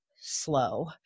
slow